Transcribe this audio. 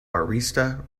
arista